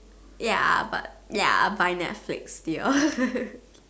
ya but ya buy netflix they all